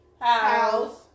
House